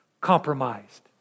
compromised